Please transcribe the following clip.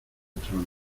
tronos